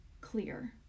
clear